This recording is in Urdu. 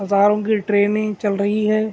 ہزاروں کی ٹرینیں چل رہی ہے